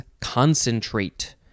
concentrate